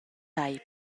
tei